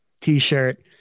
t-shirt